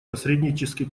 посреднический